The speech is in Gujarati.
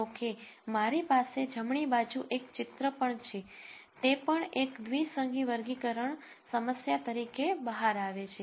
જો કે મારી પાસે જમણી બાજુ એક ચિત્ર પણ છે તે પણ એક દ્વિસંગી વર્ગીકરણ સમસ્યા તરીકે બહાર આવે છે